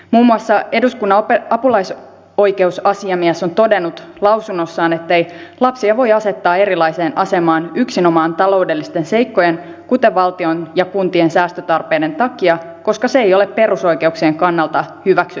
muun muassa eduskunnan apulaisoikeusasiamies on todennut lausunnossaan ettei lapsia voi asettaa eriarvoiseen asemaan yksinomaan taloudellisten seikkojen kuten valtion ja kuntien säästötarpeiden takia koska se ei ole perusoikeuksien kannalta hyväksyttävä peruste